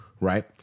right